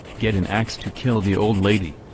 get an axe to kill the old lady.